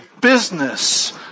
business